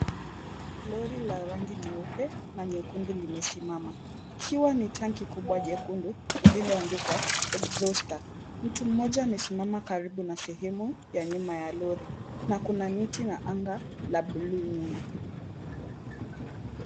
Lori la rangi nyeupe na nyekundu limesimama. Ikiwa ni tanki kubwa jekundu, lililoandikwa Exhauster , mtu mmoja amesimama karibu na sehemu ya nyuma ya lori na kuna miti na anga la buluu nyuma.